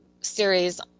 Series